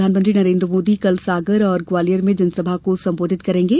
प्रधानमंत्री नरेन्द्र मोदी कल सागर और ग्वालियर में जनसभा को संबोधित करेंगे